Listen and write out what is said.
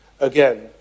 again